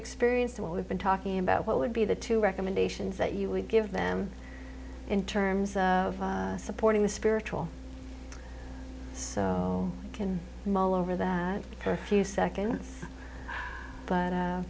experience well we've been talking about what would be the two recommendations that you would give them in terms of supporting the spiritual so i can mull over that curfew second but